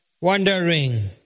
wandering